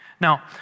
Now